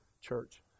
church